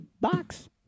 Box